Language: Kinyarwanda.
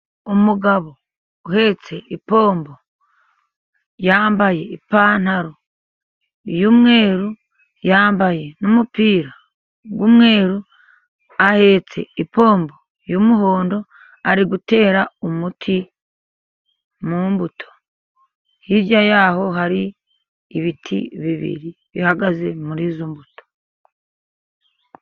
Umugabo uhetse ipombo, yambaye ipantaro y'umweru yambaye n'umupira w'umweru, ahetse ipombo y'umuhondo ari gutera umuti mu mbuto. Hirya y'aho hari ibiti bibiri bihagaze muri izo mbuto.